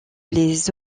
les